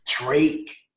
Drake